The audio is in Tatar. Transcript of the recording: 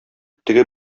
теге